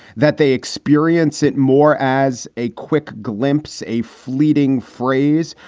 that they experience it more as a quick glimpse, a fleeting phrase,